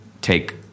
take